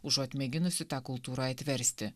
užuot mėginusi tą kultūrą atversti